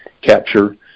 capture